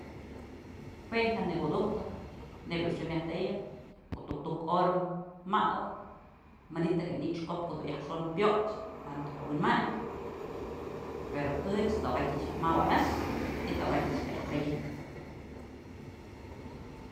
Jue jya nëkudujtë neyb dun xi'im myaj tëyën ko'o tuktuk hora mawëd manytëk je'e ni'ixkopkë oy pyoxë tanto je'e wi'inmandyë pero ëch tokatyëch maw anaxë y tokatyëch ka yaj pedyë.